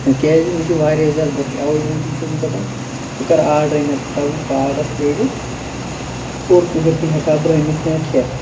کیازِ مےٚ چھِ واریاہ زیادٕ بۄچھِ اَوٕے موٗجوٗب چھُس بہٕ دَپان بہٕ کَرٕ آرڈرٕے نَتہٕ ہیکہٕ ہا بہٕ پاورَس پرٛیرتھ اور پٕہٕرۍ کھنٛڈۍ ہیٚکہٕ ہا بہٕ رٔنِتھ یا کھیٚتھ